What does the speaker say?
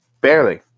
barely